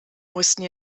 mussten